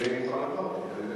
לפני מוחמד ברכה.